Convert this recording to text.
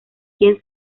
quien